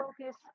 focus